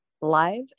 Live